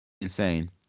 Insane